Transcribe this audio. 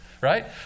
right